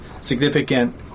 significant